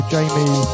Jamie